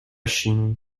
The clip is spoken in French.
chine